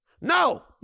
No